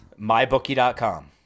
Mybookie.com